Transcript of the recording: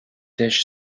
dish